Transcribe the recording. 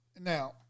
Now